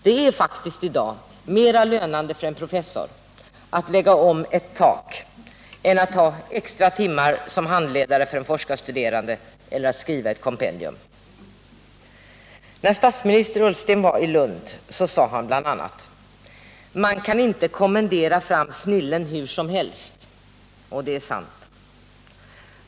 Det är faktiskt i dag mera lönande för en professor att lägga om ett tak än att ta extratimmar som handledare för forskarstuderande eller att skriva ett kompendium. När statsminister Ullsten var i Lund sade han bl.a.: Man kan inte kommendera fram snillen hur som helst. Det är sant.